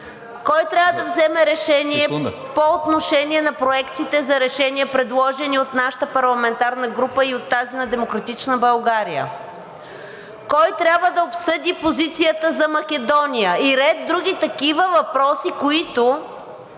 Кой трябва да вземе решение по отношение на проектите за решение, предложени от нашата парламентарна група и от тази на „Демократична България“? Кой трябва да обсъди позицията за Македония и ред други такива въпроси, които